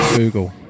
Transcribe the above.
Google